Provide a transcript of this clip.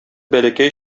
бәләкәй